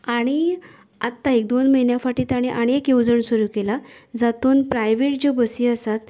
आनी आतां एक दोन म्हयन्या फाटी तांणी आनी एक येवजण सुरू केला जातूंत प्रायवेट जो बसी आसात